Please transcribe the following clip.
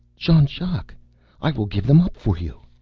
jean-jacques, i will give them up for you!